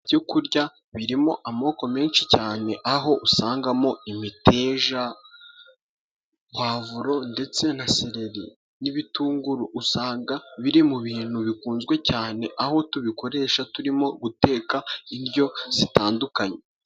Ibyo kurya birimo amoko menshi cyane aho usangamo imiteja, pavuro, ndetse na seleri n'ibitunguru usanga biri mu bintu bikunzwe cyane aho tubikoresha turimo guteka indyo zitandukanye.